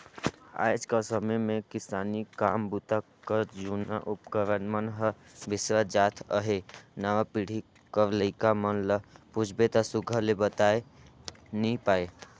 आएज कर समे मे किसानी काम बूता कर जूना उपकरन मन हर बिसरत जात अहे नावा पीढ़ी कर लरिका मन ल पूछबे ता सुग्घर ले बताए नी पाए